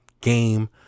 game